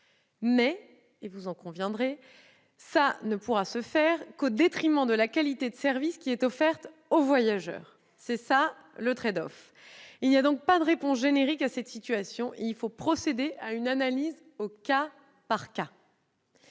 Néanmoins, vous en conviendrez, cela ne pourra se faire qu'au détriment de la qualité de service offerte aux voyageurs. C'est cela le « trade-off ». Il n'y a donc pas de réponse générique à cette situation ; il faut procéder à une analyse au cas par cas,